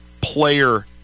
player